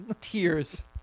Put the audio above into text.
tears